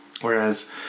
Whereas